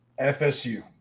FSU